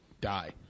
die